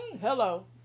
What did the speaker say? Hello